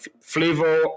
flavor